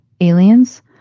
aliens